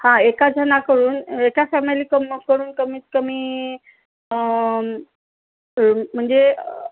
हा एका जणाकडून एका फॅमिली करून आपण कमीत कमी म्हणजे